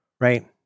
right